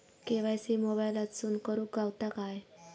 KYC मोबाईलातसून करुक गावता काय?